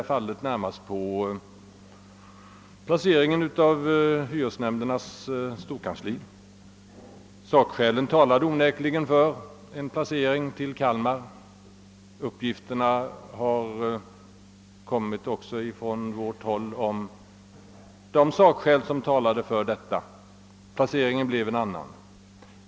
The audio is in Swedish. Jag tänker här närmast på lokaliseringen av hyresnämndernas storkansli, där alla sakskäl onekligen talar för en förläggning till Kalmar. Även de sakskäl som lämnats från vårt håll har talat för detta. Men placeringen blev en annan.